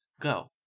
Go